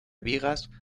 vigas